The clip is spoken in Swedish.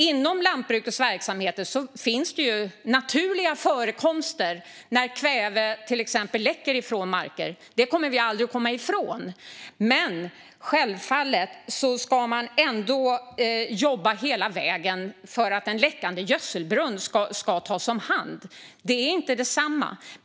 Inom lantbrukets verksamheter finns det naturliga förekomster av kväve när kväve till exempel läcker från marker. Det kommer vi aldrig att komma ifrån. Men självfallet ska man ändå jobba hela vägen för att en läckande gödselbrunn ska tas om hand. Det är inte detsamma.